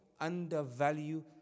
undervalue